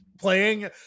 playing